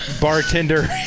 Bartender